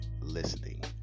listening